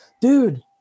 dude